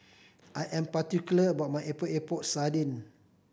I am particular about my Epok Epok Sardin